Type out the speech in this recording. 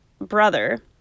brother